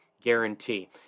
guarantee